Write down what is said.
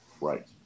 Right